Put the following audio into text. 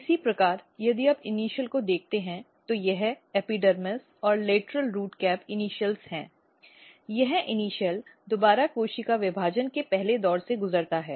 इसी प्रकार यदि आप इस इनिशियल को देखते हैं तो यह एपिडर्मिस और लेटरल रूट कैप इनिशियल है यह इनिशियल दोबारा कोशिका विभाजन के पहले दौर से गुजरता है